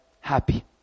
happy